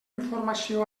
informació